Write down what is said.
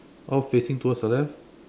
all facing towards the left